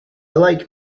like